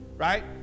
right